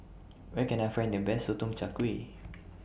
Where Can I Find The Best Sotong Char Kway